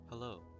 Hello